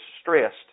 stressed